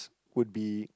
would be